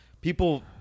People